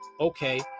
okay